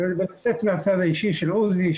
לצאת מהצד האישי של עוזי,